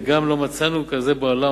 וגם לא מצאנו כזו בעולם,